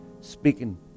speaking